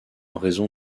raison